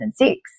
2006